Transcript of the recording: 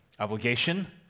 Obligation